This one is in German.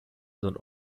sind